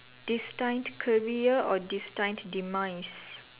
destined career or destined time demise